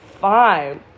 fine